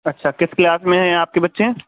اچھا کس کلاس میں ہیں آپ کے بچے